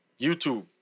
youtube